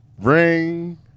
Ring